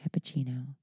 Cappuccino